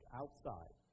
outside